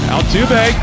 Altuve